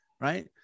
Right